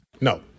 No